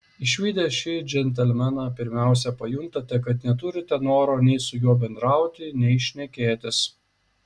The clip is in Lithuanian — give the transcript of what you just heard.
išvydę šį džentelmeną pirmiausia pajuntate kad neturite noro nei su juo bendrauti nei šnekėtis